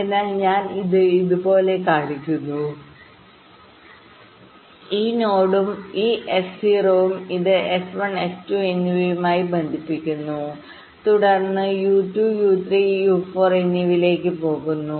അതിനാൽ ഞാൻ ഇത് ഇതുപോലെ കാണിക്കുന്നു ഈ നോഡ് 1 ഉം ഈ S0 ഉം ഇത് S1 S2 എന്നിവയുമായി ബന്ധിപ്പിക്കുന്നു തുടർന്ന് U2 U3 U4 എന്നിവയിലേക്ക് പോകുന്നു